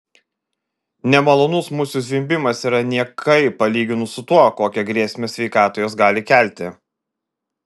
nemalonus musių zvimbimas yra niekai palyginus su tuo kokią grėsmę sveikatai jos gali kelti